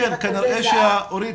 מרכזים ועד --- אורית,